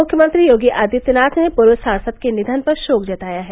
मुख्यमंत्री योगी आदित्यनाथ ने पूर्व सांसद के निधन पर शोक जताया है